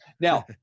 Now